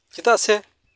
ᱪᱮᱫᱟᱜ ᱥᱮ